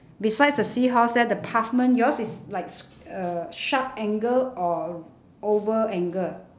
besides the seahorse there the pavement yours is like s~ uh sharp angle or oval angle